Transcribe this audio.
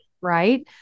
Right